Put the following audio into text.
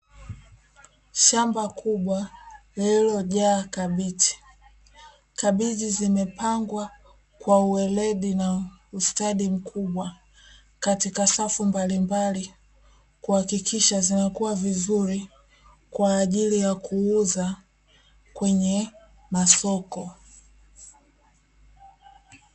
Shamba kubwa lililojaa kabichi. Kabichi zimepangwa kwa uweledi na ustadi mkubwa katika safu mbalimbali kuhakikisha zinakuwa vizuri kwa ajili ya kuuza kwenye masoko.